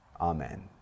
Amen